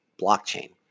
blockchain